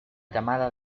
llamada